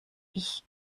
ich